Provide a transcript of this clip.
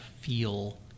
feel